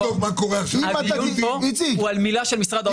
לא, הדיון פה הוא על מילה של משרד האוצר.